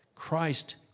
Christ